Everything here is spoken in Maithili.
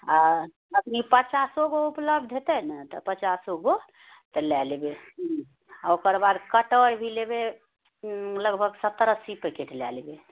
आ अखनि पचासोगो उपलब्ध हेतै ने तऽ पचासोगो तऽ लए लेबै आ ओकर बाद कटर भी लेबै लगभग सत्तर अस्सी पैकेट लए लेबै